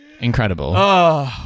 Incredible